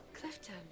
Clifton